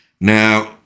Now